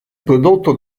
prodotto